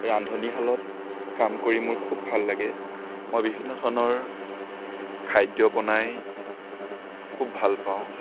ৰান্ধনিশালত কাম কৰি মোৰ খুব ভাল লাগে মই বিভিন্ন ধৰণৰ খাদ্য বনাই খুব ভাল পাওঁ